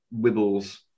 wibbles